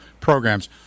programs